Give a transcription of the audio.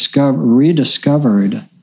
rediscovered